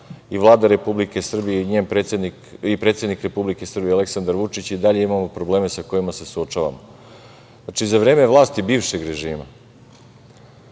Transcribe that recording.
i Vlada Republike Srbije i njen predsednik Aleksandar Vučić, i dalje imamo probleme sa kojima se suočavamo. Znači, za vreme vlasti bivšeg režima